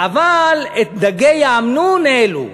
אבל את מחיר דגי האמנון העלו,